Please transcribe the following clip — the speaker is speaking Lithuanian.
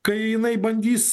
kai jinai bandys